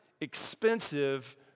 expensive